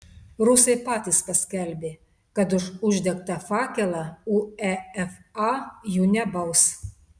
rusai patys paskelbė kad už uždegtą fakelą uefa jų nebaus